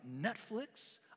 Netflix